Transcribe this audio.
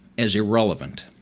as irrelevant.